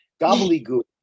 gobbledygook